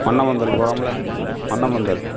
மன்னபந்தல் போகிறோம்ல மன்னபந்தல்